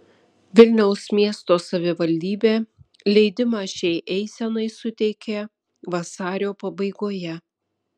vilniaus miesto savivaldybė leidimą šiai eisenai suteikė vasario pabaigoje